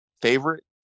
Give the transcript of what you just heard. favorite